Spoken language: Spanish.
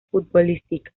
futbolística